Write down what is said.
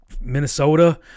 minnesota